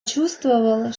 чувствовала